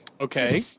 okay